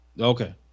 Okay